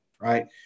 right